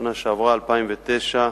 שנה שעברה, 2009,